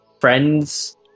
friends